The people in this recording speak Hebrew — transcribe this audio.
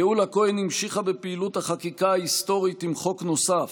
גאולה כהן המשיכה בפעילות החקיקה ההיסטורית עם חוק נוסף,